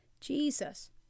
Jesus